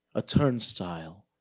a turnstyle,